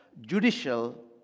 judicial